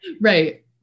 Right